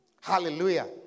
Hallelujah